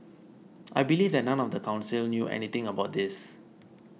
I believe that none of the council knew anything about this